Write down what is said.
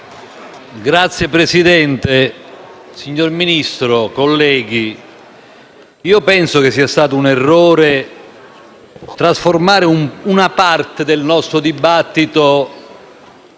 Signor Presidente, signor Ministro, colleghi, penso che sia stato un errore trasformare una parte di questo dibattito